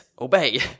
Obey